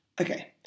Okay